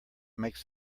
makes